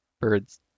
birds